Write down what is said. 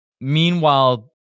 Meanwhile